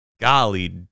Golly